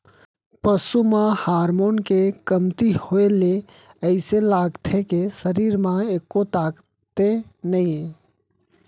पसू म हारमोन के कमती होए ले अइसे लागथे के सरीर म एक्को ताकते नइये